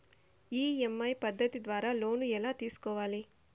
EMI పద్ధతి ద్వారా loan ఎలా తీసుకోవాలి